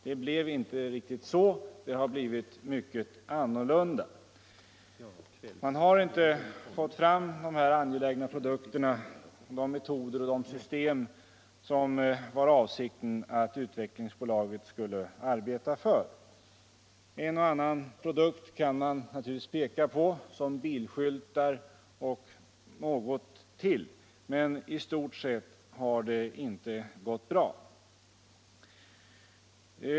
Det blev inte riktigt som man tänkt. Man har inte fått fram de angelägna produkter, de metoder och de system som det var avsikten att Utvecklingsaktiebolaget skulle utveckla. En och annan produkt kan man naturligtvis peka på, t.ex. bilskyltar, men i stort sett har det inte gått bra.